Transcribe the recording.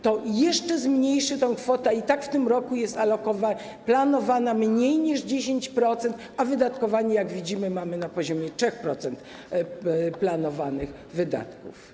To jeszcze zmniejszy tę kwotę, a i tak w tym roku jest planowane mniej niż 10%, a wydatkowanie, jak widzimy, mamy na poziomie 3% planowanych wydatków.